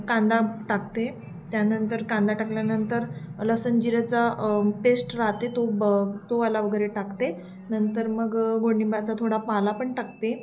कांदा टाकते त्यानंतर कांदा टाकल्यानंतर लसण जिऱ्याचा पेस्ट राहते तो ब तो वाला वगैरे टाकते नंतर मग गोडनिंबाचा थोडा पाला पण टाकते